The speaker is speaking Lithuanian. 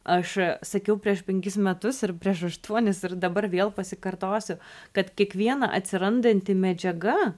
aš sakiau prieš penkis metus ir prieš aštuonis ir dabar vėl pasikartosiu kad kiekviena atsirandanti medžiaga